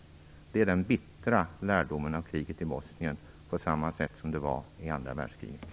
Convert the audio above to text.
Detta är den bittra lärdomen av kriget i Bosnien, på samma sätt som i andra världskriget.